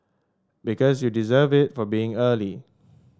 because you deserve it for being early